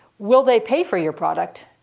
will they pay for your product?